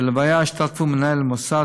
בלוויה השתתפו מנהל המוסד,